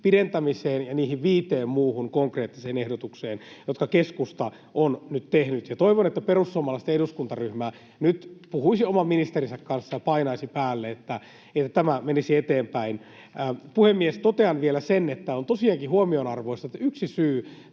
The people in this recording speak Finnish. pidentämiseen ja niihin viiteen muuhun konkreettiseen ehdotukseen, jotka keskusta on nyt tehnyt. Ja toivon, että perussuomalaisten eduskuntaryhmä nyt puhuisi oman ministerinsä kanssa ja painaisi päälle, että tämä menisi eteenpäin. Puhemies! Totean vielä sen, että on tosiaankin huomionarvoista, että yksi syy